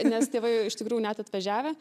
nes tėvai iš tikrųjų net atvažiavę